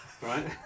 right